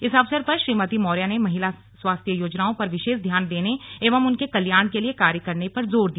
इस अवसर पर श्रीमती मौर्य ने महिला स्वास्थ्य योजनाओं पर विशेष ध्यान देने एवं उनके कल्याण के लिए कार्य करने पर जोर दिया